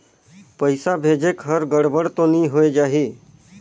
पइसा भेजेक हर गड़बड़ तो नि होए जाही?